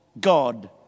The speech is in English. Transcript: God